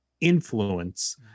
influence